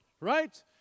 right